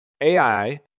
AI